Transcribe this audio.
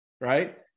right